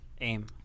AIM